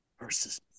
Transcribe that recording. versus